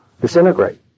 disintegrate